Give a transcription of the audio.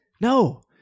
no